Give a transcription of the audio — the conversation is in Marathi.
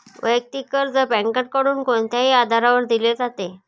वैयक्तिक कर्ज बँकांकडून कोणत्याही आधारावर दिले जाते